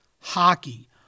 Hockey